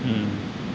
mmhmm